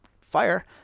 fire